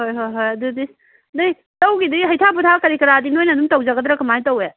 ꯍꯣꯏ ꯍꯣꯏ ꯍꯣꯏ ꯑꯗꯨꯗꯤ ꯅꯣꯏ ꯂꯧꯒꯤꯗꯤ ꯍꯩꯊꯥ ꯄꯣꯊꯥ ꯀꯔꯤ ꯀꯔꯥꯗꯤ ꯅꯣꯏꯅ ꯑꯗꯨꯝ ꯇꯧꯖꯒꯗ꯭ꯔꯥ ꯀꯃꯥꯏ ꯇꯧꯋꯦ